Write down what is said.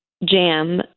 Jam